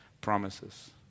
promises